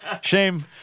Shame